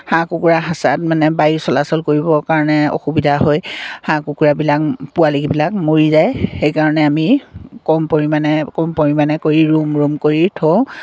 হাঁহ কুকুৰাৰ হেচাত মানে বায়ু চলাচল কৰিবৰ কাৰণে অসুবিধা হয় হাঁহ কুকুৰাবিলাক পোৱালিবিলাক মৰি যায় সেইকাৰণে আমি কম পৰিমাণে কম পৰিমাণে কৰি ৰূম ৰূম কৰি থওঁ